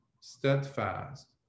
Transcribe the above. steadfast